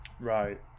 right